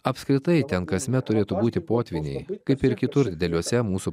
apskritai ten kasmet turėtų būti potvyniai kaip ir kitur dideliuose mūsų